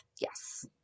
Yes